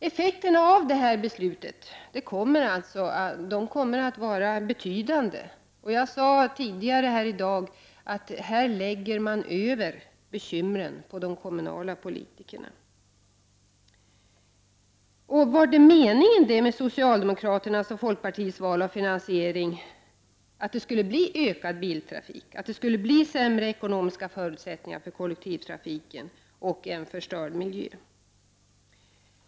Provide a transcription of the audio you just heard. Effekterna av detta beslut kommer att vara betydande. Här läggs bekymren över på de kommunala politikerna. Var detta meningen med socialdemokraternas och folkpartiets val av finansiering, dvs. en ökad biltrafik, sämre ekonomiska förutsättningar för kollektivtrafiken och en förstörd miljö?